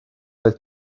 oedd